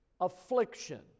affliction